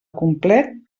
complet